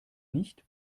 nicht